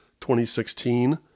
2016